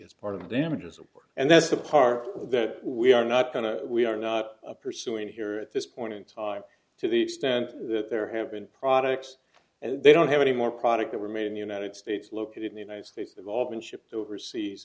as part of the damages and that's the part that we are not going to we are not pursuing here at this point in time to the extent that there have been products and they don't have any more product that were made in the united states located in the united states they've all been shipped overseas